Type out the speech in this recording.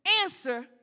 answer